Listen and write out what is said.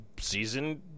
season